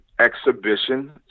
exhibition